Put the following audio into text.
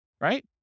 right